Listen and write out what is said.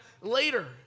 later